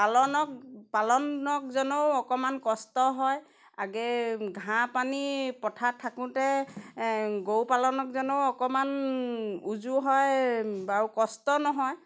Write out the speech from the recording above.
পালনক পালনকজনেও অকণমান কষ্ট হয় আগে ঘাঁহ পানী পথাৰত থাকোঁতে গৰু পালনক যেনেও অকণমান উজু হয় বাৰু কষ্ট নহয়